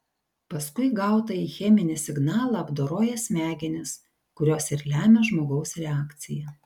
paskui gautąjį cheminį signalą apdoroja smegenys kurios ir lemia žmogaus reakciją